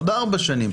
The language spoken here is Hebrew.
עוד 4 שנים.